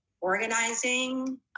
organizing